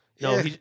No